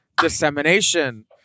dissemination